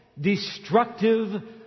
destructive